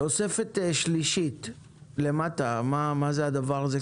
תוספת שלישית למטה, מה הדבר הזה?